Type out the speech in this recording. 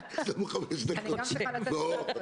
בטווח הזמן הנראה לעין זה יעבור בימים